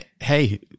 hey